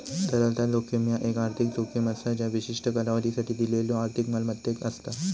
तरलता जोखीम ह्या एक आर्थिक जोखीम असा ज्या विशिष्ट कालावधीसाठी दिलेल्यो आर्थिक मालमत्तेक असता